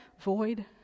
void